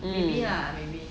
mm